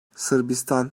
sırbistan